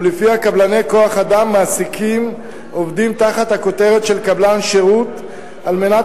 שבה קבלני כוח-אדם מעסיקים עובדים תחת הכותרת של "קבלן שירות" על מנת